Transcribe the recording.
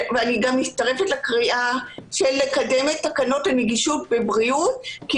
ואני גם מצטרפת לקריאה לקדם את תקנות הנגישות והבריאות כי